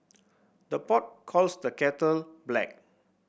the pot calls the kettle black